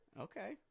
Okay